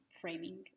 framing